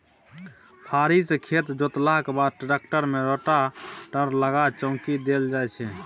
फारी सँ खेत जोतलाक बाद टेक्टर मे रोटेटर लगा चौकी देल जाइ छै